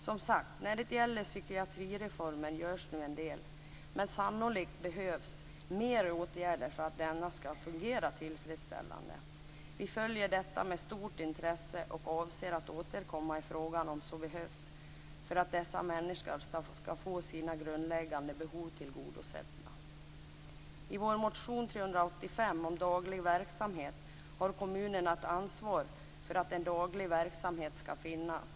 Som sagt: När det gäller psykiatrireformen görs det en del, men sannolikt behövs fler åtgärder för att den skall fungera tillfredsställande. Vi följer detta med stort intresse och avser att återkomma i frågan om så behövs för att dessa människor skall få sina grundläggande behov tillgodosedda. I vår motion So385 om daglig verksamhet anförs att kommunerna har ett ansvar för att en daglig verksamhet skall finnas.